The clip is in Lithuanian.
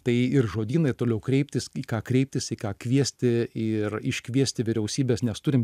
tai ir žodynai toliau kreiptis į ką kreiptis į ką kviesti ir iškviesti vyriausybes nes turim